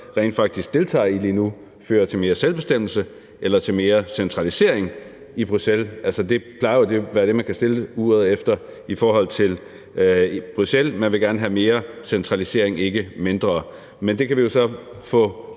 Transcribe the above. rent faktisk deltager i lige nu, fører til mere selvbestemmelse eller til mere centralisering i Bruxelles. Det plejer jo at være det, man kan stille uret efter, når det drejer sig om Bruxelles, nemlig at man gerne vil have mere centralisering og ikke mindre. Men det kan vi så få